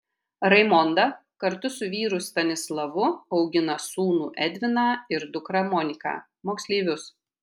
raimonda kartu su vyru stanislavu augina sūnų edviną ir dukrą moniką moksleivius